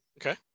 Okay